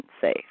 safe